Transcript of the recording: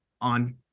on